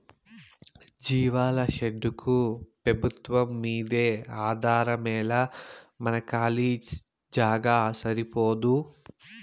జీవాల షెడ్డుకు పెబుత్వంమ్మీదే ఆధారమేలా మన కాలీ జాగా సరిపోదూ